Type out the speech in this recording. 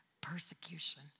persecution